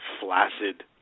flaccid